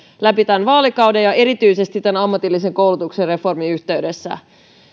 läpi tämän vaalikauden ja erityisesti tämän ammatillisen koulutuksen reformin yhteydessä